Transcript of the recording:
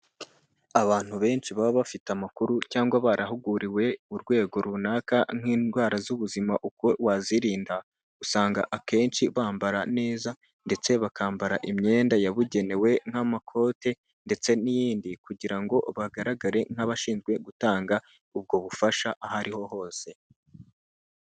Abantu benshi baba bafite amakuru cyangwa barahuguriwe urwego runaka nk'indwara z'ubuzima uko wazirinda, usanga akenshi bambara neza ndetse bakambara imyenda yabugenewe nk'amakote ndetse n'iyindi kugira ngo bagaragare nk'abashinzwe gutanga ubwo bufasha aho ariho hose.